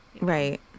right